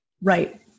Right